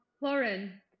Lauren